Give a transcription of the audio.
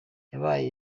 yabaye